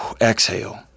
exhale